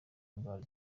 indwara